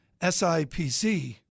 SIPC